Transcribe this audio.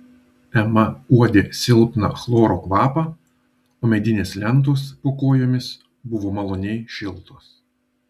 ema uodė silpną chloro kvapą o medinės lentos po kojomis buvo maloniai šiltos